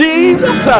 Jesus